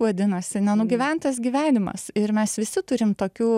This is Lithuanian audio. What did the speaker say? vadinasi nenugyventas gyvenimas ir mes visi turim tokių